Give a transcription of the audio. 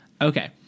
okay